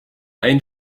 ein